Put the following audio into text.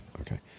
Okay